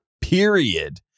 period